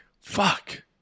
Fuck